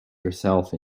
yourself